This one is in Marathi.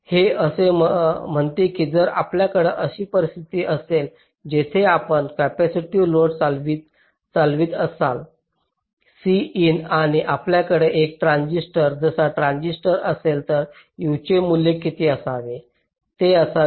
हे असे म्हणते की जर आपल्याकडे असे परिस्थिती असेल जेथे आपण कॅपेसिटिव लोड चालवित असाल आणि आपल्याकडे एक ट्रान्झिस्टर जरा ट्रान्झिस्टर असेल तर U चे मूल्य किती असावे ते असावे